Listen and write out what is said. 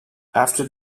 after